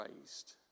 raised